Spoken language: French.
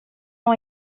ont